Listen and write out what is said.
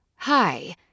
Hi